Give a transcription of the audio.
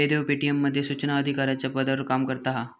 Jaydev Paytm मध्ये सुचना अधिकाराच्या पदावर काम करता हा